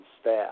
staff